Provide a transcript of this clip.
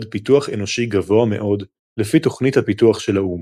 פיתוח אנושי גבוה מאוד לפי תוכנית הפיתוח של האו"ם.